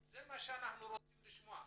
זה מה שאנחנו רוצים לשמוע.